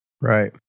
Right